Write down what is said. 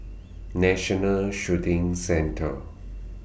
National Shooting Centre